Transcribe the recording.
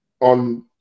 on